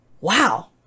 Wow